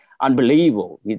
unbelievable